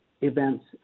events